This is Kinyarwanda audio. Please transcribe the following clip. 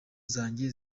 zanjye